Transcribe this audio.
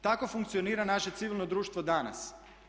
Tako funkcionira naše civilno društvo danas.